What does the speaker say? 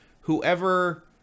whoever